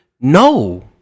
No